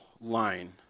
line